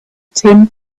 tim